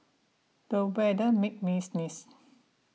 the weather made me sneeze